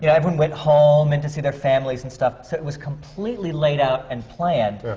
yeah everyone went home and to see their families and stuff. so it was completely laid out and planned,